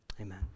Amen